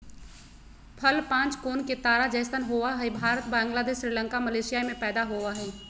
फल पांच कोण के तारा जैसन होवय हई भारत, बांग्लादेश, श्रीलंका, मलेशिया में पैदा होवई हई